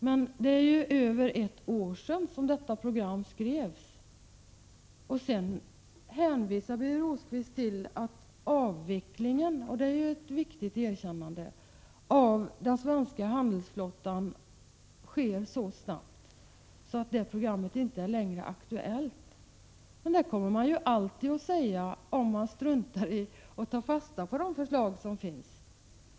Men det är ju över ett år sedan detta program skrevs! Sedan hänvisade Birger Rosqvist — och det var ju ett viktigt erkännande — till att avvecklingen av den svenska handelsflottan sker så snabbt att detta program inte längre är aktuellt. Men det kommer man ju alltid att säga, om man struntar i att ta fasta på de förslag som finns.